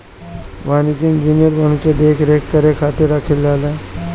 वानिकी इंजिनियर वन के देख रेख करे खातिर रखल जाने